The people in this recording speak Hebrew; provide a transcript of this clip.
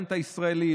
הפרלמנט הישראלי,